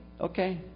okay